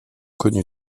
connu